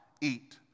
eat